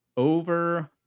Over